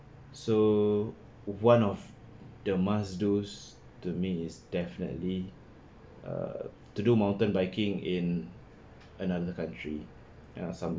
so one of the must dos to me is definitely err to do mountain biking in another country ya some